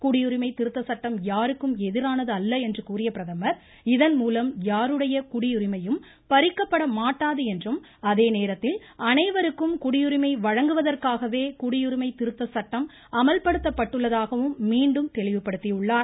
குடியுரிமை திருத்த சட்டம் யாருக்கும் எதிரானது அல்ல என்று கூறிய பிரதமர் இதன்மூலம் யாருடைய குடியுரிமையும் பறிக்கப்பட மாட்டாது என்றும் அதேநேரத்தில் அனைவருக்கும் குடியுரிமை வழங்குவதற்காகவே குடியுரிமை திருத்த சட்டம் அமல்படுத்தப்பட்டுள்ளதாகவும் மீண்டும் தெளிவுபடுத்தியுள்ளார்